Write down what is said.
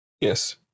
Yes